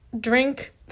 drink